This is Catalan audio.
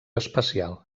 especial